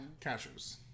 Cashews